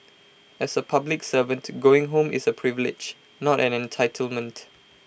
as A public servant going home is A privilege not an entitlement